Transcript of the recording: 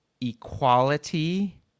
equality